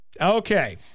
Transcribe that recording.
Okay